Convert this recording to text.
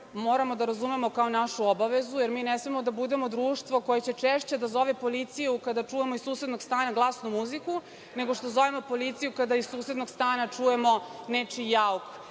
moramo da razumemo kao našu obavezu, jer mi ne smemo da budemo društvo koje će češće da zove policiju kada čujemo iz susednog stana glasnu muziku, nego što zovemo policiju kada iz susednog stana čujemo nečiji jauk